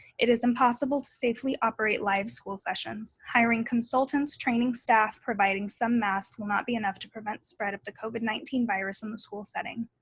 it is impossible to safely operate live school sessions. hiring consultants, training staff, providing some masks will not be enough to prevent the spread of the covid nineteen virus in the school setting.